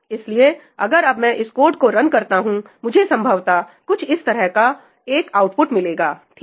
इसलिए अगर अब मैं इस कोड को रन करता हूं मुझे संभवतः कुछ इस तरह का एक आउटपुट मिलेगा ठीक